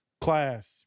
class